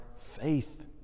faith